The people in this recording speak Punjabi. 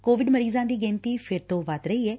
ਕੋਵਿਡ ਮਰੀਜ਼ਾਂ ਦੀ ਗਿਣਤੀ ਫਿਰ ਤੋਂ ਵੱਧ ਰਹੀ ਐ